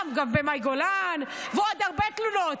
אבל בוא נתחיל מזה שמחודש ינואר מונחות